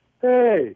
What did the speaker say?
hey